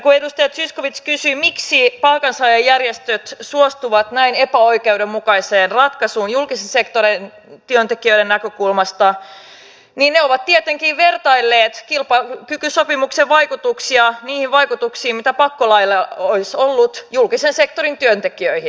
kun edustaja zyskowicz kysyi miksi palkansaajajärjestöt suostuvat näin epäoikeudenmukaiseen ratkaisuun julkisen sektorin työntekijöiden näkökulmasta niin ne ovat tietenkin vertailleet kilpailukykysopimuksen vaikutuksia niihin vaikutuksiin mitä pakkolaeilla olisi ollut julkisen sektorin työntekijöihin